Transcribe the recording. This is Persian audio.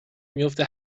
میفته